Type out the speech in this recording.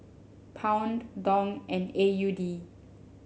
Pound Dong and A U D